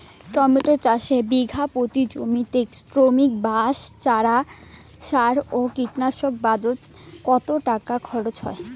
Tomato চাষে বিঘা প্রতি জমিতে শ্রমিক, বাঁশ, চারা, সার ও কীটনাশক বাবদ কত টাকা খরচ হয়?